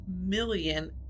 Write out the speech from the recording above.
million